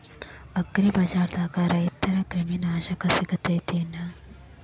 ಅಗ್ರಿಬಜಾರ್ದಾಗ ರೈತರ ಕ್ರಿಮಿ ನಾಶಕ ಸಿಗತೇತಿ ಏನ್?